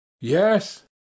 Yes